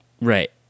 Right